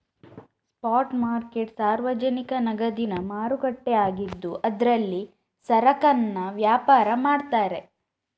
spot market ಸಾರ್ವಜನಿಕ ನಗದಿನ ಮಾರುಕಟ್ಟೆ ಆಗಿದ್ದು ಇದ್ರಲ್ಲಿ ಸರಕನ್ನ ವ್ಯಾಪಾರ ಮಾಡ್ತಾರೆ